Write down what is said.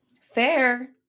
fair